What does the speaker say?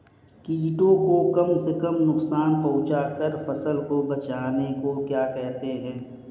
कीटों को कम से कम नुकसान पहुंचा कर फसल को बचाने को क्या कहते हैं?